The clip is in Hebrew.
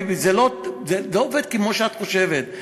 זה לא עובד כמו שאת חושבת,